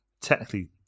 technically